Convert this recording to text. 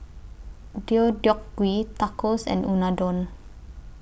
Deodeok Gui Tacos and Unadon